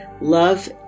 love